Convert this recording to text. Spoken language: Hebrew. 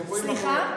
אתם רואים מה קורה.